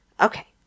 Okay